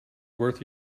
worth